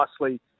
nicely